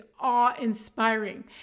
awe-inspiring